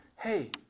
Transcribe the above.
hey